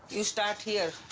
you start here.